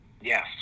yes